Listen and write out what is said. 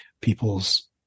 people's